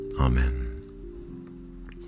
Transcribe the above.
Amen